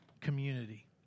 community